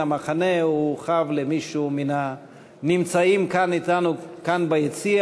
המחנה הוא חב למישהו מן הנמצאים כאן אתנו ביציע,